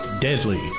Deadly